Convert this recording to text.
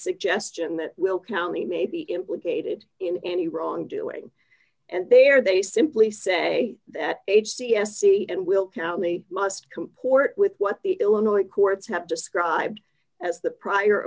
suggestion that will county may be implicated in any wrongdoing and there they simply say that age c s e and will county must comport with what the illinois courts have described as the prior